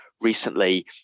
recently